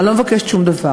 אני לא מבקשת שום דבר.